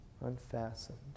unfastened